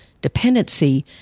dependency